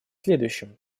следующем